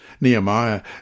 Nehemiah